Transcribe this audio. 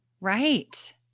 Right